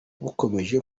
bukomeje